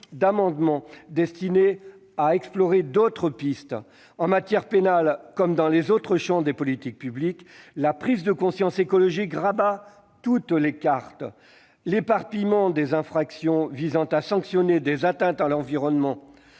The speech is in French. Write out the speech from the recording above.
d'amendements destinés à explorer d'autres pistes. En matière pénale comme dans les autres champs des politiques publiques, la prise de conscience écologique rebat toutes les cartes. L'éparpillement des infractions visant à sanctionner des atteintes à l'environnement